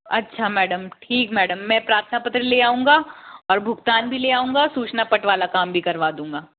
अच्छा मैडम ठीक मैडम में प्रार्थना पत्र ले आऊँगा और भुगतान भी ले आऊँगा सूचना पट वाला काम भी करवा दूँगा